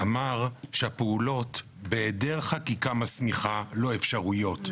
אמר שהפעולות בהעדר חקיקה מסמיכה לא אפשריות.